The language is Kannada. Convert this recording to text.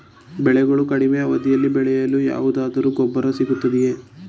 ಬೆಳೆಗಳು ಕಡಿಮೆ ಅವಧಿಯಲ್ಲಿ ಬೆಳೆಯಲು ಯಾವುದಾದರು ಗೊಬ್ಬರ ಸಿಗುತ್ತದೆಯೇ?